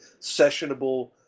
sessionable